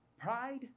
Pride